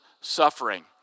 suffering